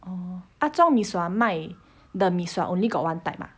hmm 阿忠 mee sua 卖的 mee sua only got one type ah